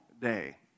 day